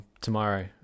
tomorrow